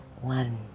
One